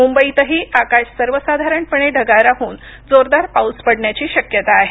मुंबईतही आकाश सर्वसाधारणपणे ढगाळ राहून जोरदार पाऊस पडण्याटी शक्यता आहे